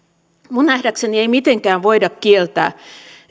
minun nähdäkseni ei mitenkään voida kieltää